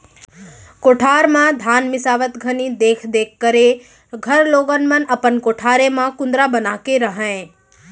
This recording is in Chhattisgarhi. कोठार म धान मिंसावत घनी देख देख करे घर लोगन मन अपन कोठारे म कुंदरा बना के रहयँ